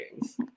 Games